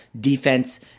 defense